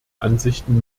ansichten